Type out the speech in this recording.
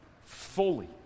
fully